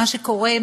מה שקורה,